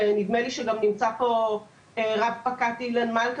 ונדמה לי שגם נמצא פה רב פקד אילן מלכה